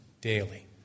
daily